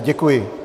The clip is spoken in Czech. Děkuji.